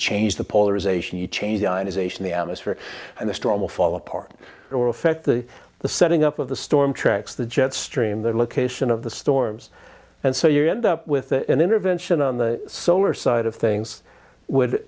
change the ization the atmosphere and the storm will fall apart or affect the the setting up of the storm tracks the jet stream the location of the storms and so you end up with an intervention on the solar side of things would